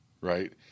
Right